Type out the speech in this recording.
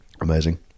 amazing